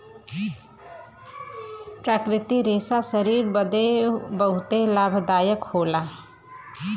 प्राकृतिक रेशा शरीर बदे बहुते लाभदायक होला